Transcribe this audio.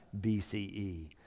BCE